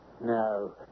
No